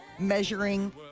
Measuring